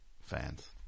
fans